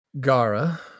Gara